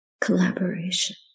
collaboration